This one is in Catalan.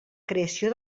creació